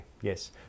yes